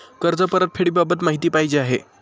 कर्ज परतफेडीबाबत माहिती पाहिजे आहे